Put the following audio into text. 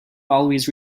always